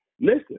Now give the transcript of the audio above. Listen